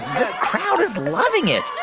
this crowd is loving it